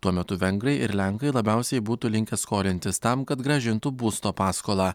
tuo metu vengrai ir lenkai labiausiai būtų linkę skolintis tam kad grąžintų būsto paskolą